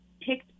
picked